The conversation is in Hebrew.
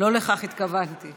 לא לכך התכוונתי.